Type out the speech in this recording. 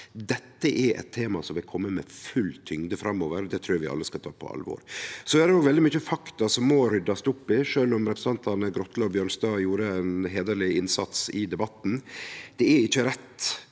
Dette er eit tema som vil kome med full tyngde framover, og det trur eg vi alle skal ta på alvor. Det er òg veldig mykje fakta som må ryddast opp i, sjølv om representantane Grotle og Bjørnstad gjorde ein heiderleg innsats i debatten. Det er ikkje rett